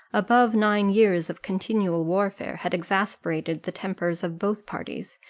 above nine years of continual warfare had exasperated the tempers of both parties,